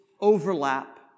overlap